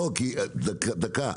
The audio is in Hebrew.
דקה,